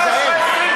תיזהר.